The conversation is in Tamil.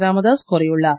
ராமதாஸ் கோரியுள்ளார்